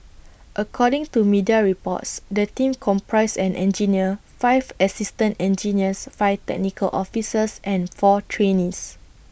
according to media reports the team comprised an engineer five assistant engineers five technical officers and four trainees